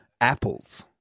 apples